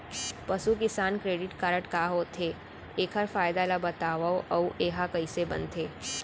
पसु किसान credit card का होथे, एखर फायदा ला बतावव अऊ एहा कइसे बनथे?